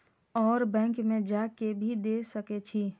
और बैंक में जा के भी दे सके छी?